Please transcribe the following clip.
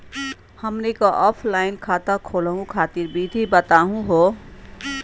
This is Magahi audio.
हमनी क ऑफलाइन खाता खोलहु खातिर विधि बताहु हो?